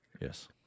yes